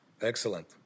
excellent